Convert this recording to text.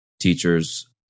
teachers